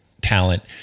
talent